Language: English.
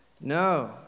No